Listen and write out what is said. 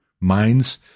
minds